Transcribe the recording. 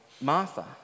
Martha